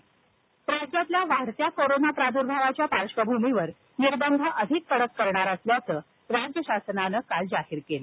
महाराष्ट्र निर्बंध राज्यातल्या वाढत्या कोरोना प्राद्र्भावाच्या पार्श्वभूमीवर निर्बंध अधिक कडक करणार असल्याचं राज्य शासनानं काल जाहीर केलं